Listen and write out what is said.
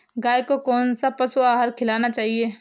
गाय को कौन सा पशु आहार खिलाना चाहिए?